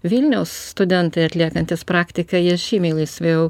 vilniaus studentai atliekantys praktiką jie žymiai laisviau